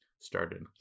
started